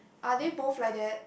are they both like that